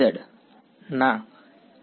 વિદ્યાર્થી E z